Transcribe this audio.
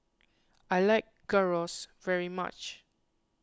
I like Gyros very much